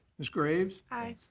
ms. graves. aye.